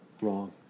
wrong